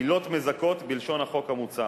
"עילות מזכות" בלשון החוק המוצע,